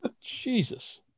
Jesus